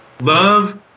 Love